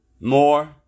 more